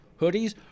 hoodies